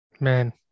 man